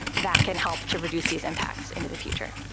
that can help to reduce these impacts into the future.